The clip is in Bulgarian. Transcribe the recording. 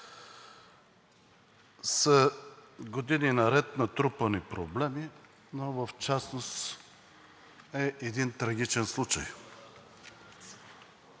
са години наред натрупани проблеми, но в частност е един трагичен случай.